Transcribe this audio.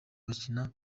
bakina